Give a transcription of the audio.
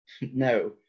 no